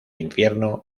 infierno